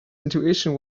intuition